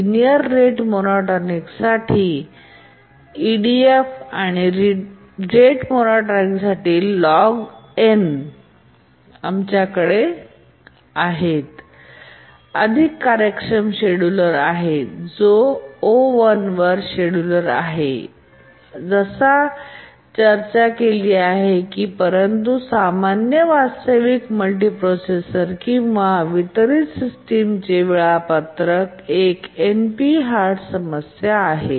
linear rate मोनोटॉनिकसाठी आहेत तर EDF आणि रेट मोनोटोनिकसाठी लॉग एन आमच्याकडे अधिक कार्यक्षम शेड्युलर आहे जो O शेड्युलर आहे जसा चर्चा केली आहे परंतु सामान्य वास्तविक वेळेत मल्टिप्रोसेसर किंवा वितरित सिस्टमचे वेळापत्रक एक एनपी हार्ड समस्या आहे